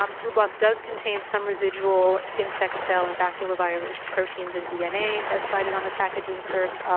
um flublok does contain some residual insect cell and baculovirus proteins and dna, as cited on the package insert,